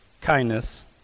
kindness